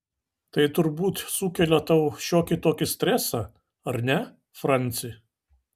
tai turbūt sukelia tau šiokį tokį stresą ar ne franci